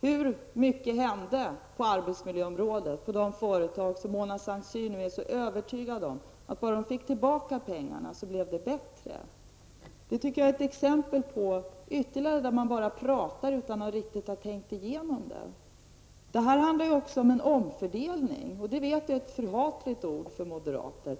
Hur mycket hände på arbetsmiljöområdet och på de företag som Mona Saint Cyr är så övertygad om att om de bara fick tillbaka pengarna skulle det bli bättre? Jag tycker att det är ett ytterligare exempel på att man bara pratar utan att ha tänkt igenom vad man skall säga. Det handlar här om en omfördelning. Jag vet att det är ett förhatligt ord för moderaterna.